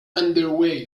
underway